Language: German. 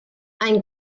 ein